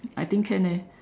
I think can eh